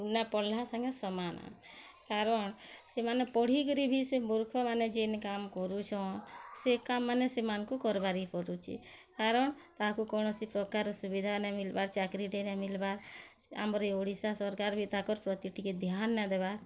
ନାଇଁ ପଢ଼ଲା ସାଙ୍ଗେ ସମାନ୍ କାରଣ ସେମାନେ ପଢ଼ିକରି ବି ସେ ମୁର୍ଖମାନେ ଯେନ୍ କାମ୍ କରୁଛନ୍ ସେ କାମ ମାନେ ସେମାନଙ୍କୁ କର୍ବାର୍କେ ପଡ଼ୁଛେ କାରଣ ତାହାକୁଁ କୌଣସି ପ୍ରକାର୍ ସୁବିଧା ନାଇଁ ମିଲବାର୍ ଚାକିରୀଟେ ନାଇଁ ମିଲବାର୍ ଆମର୍ ଇ ଓଡ଼ିଶା ସରକାର ବି ତାକଁର୍ ପ୍ରତି ଟିକେ ଧ୍ୟାନ ନାଇଁ ଦେବାର୍